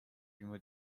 prima